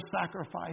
sacrifice